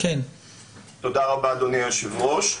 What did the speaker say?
תודה רבה, אדוני היושב-ראש.